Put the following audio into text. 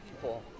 people